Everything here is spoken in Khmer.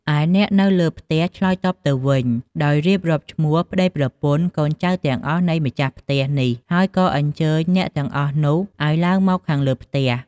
ឯអ្នកនៅលើផ្ទះឆ្លើយតបទៅវិញ ដោយរៀបរាប់ឈ្មោះប្តីប្រពន្ធ កូនចៅទាំងអស់នៃម្ចាស់ផ្ទះនេះ ហើយក៏អញ្ជើញអ្នកទាំងអស់នោះឲ្យឡើងមកខាងលើផ្ទះ ។